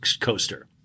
coaster